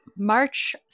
March